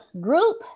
group